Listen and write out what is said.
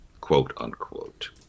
quote-unquote